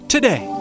Today